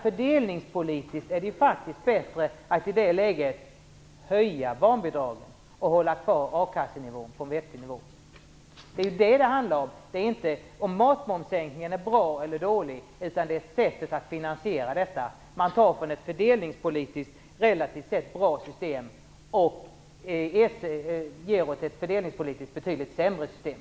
Fördelningspolitiskt är det bättre att i det läget höja barnbidragen och hålla kvar akassenivån på en vettig nivå. Det är vad det handlar om. Det är inte om matmomssänkningen är bra eller dålig, utan det är sättet att finansiera den. Man tar från ett fördelningspolitiskt relativt sett relativt bra system och ger till ett fördelningspolitiskt betydligt sämre system.